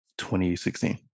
2016